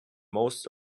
most